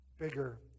bigger